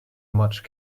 much